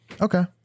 Okay